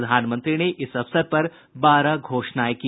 प्रधानमंत्री ने इस अवसर पर बारह घोषणाएं की